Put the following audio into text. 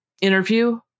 interview